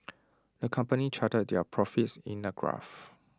the company charted their profits in A graph